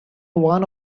one